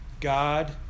God